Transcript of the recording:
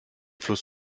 fluss